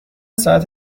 ساعت